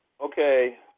Okay